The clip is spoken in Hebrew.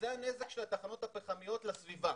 זה הנזק של התחנות הפחמיות לסביבה.